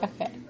Okay